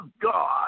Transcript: God